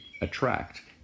Attract